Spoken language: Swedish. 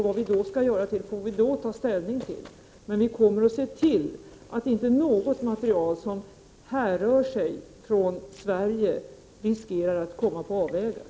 Vad vi skall göra får vi ta ställning till om det blir aktuellt. Men vi kommer att se till att inte något material som härrör från Sverige riskerar komma på avvägar.